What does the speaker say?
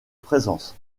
présence